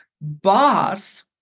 boss